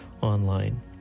online